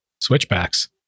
switchbacks